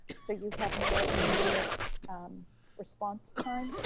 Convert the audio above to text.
so you have more immediate response time?